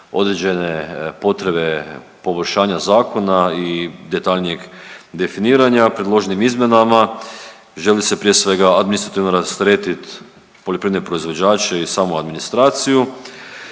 određene potrebe poboljšanja zakona i detaljnijeg definiranja. Predloženim izmjenama želi se prije svega administrativno rasteretiti poljoprivredne proizvođače i samu administraciju.